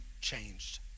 changed